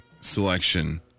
selection